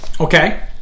okay